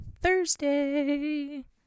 Thursday